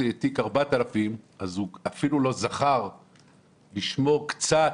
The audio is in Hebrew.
תיק 4000. אז הוא אפילו לא זכר לשמור קצת.